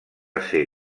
ésser